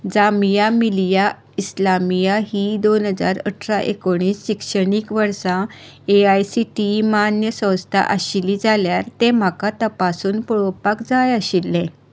जामिया मिलिया इस्लामिया हीं दोन हजार अठरा एकोणीस शिक्षणीक वर्सा A I C T E मान्य संस्था आशिल्ली जाल्यार तें म्हाका तपासून पळोवपाक जाय आशिल्लें